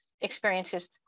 experiences